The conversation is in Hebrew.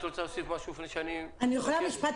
משפט